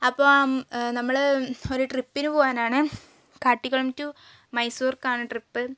അപ്പോൾ നമ്മൾ ഒരു ട്രിപ്പിനു പോവുകയാണ് കാട്ടിക്കുളം ടു മൈസൂർക്കാണ് ട്രിപ്പ്